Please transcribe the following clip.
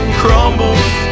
crumbles